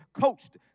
coached